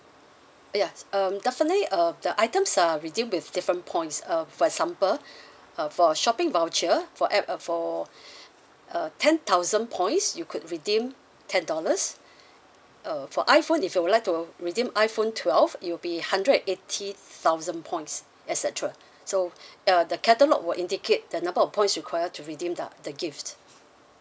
ya um definitely uh the items are redeemed with different points uh for example uh for a shopping voucher for at uh for uh ten thousand points you could redeem ten dollars uh for iphone if you would like to redeem iphone twelve it'll be hundred and eighty thousand points et cetera so uh the catalogue would indicate the number of points require to redeem the the gift